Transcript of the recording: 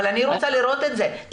אבל אני רוצה לראות את זה.